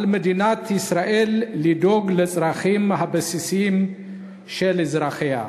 על מדינת ישראל לדאוג לצרכים הבסיסיים של אזרחיה,